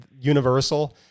universal